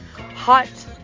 hot